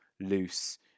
loose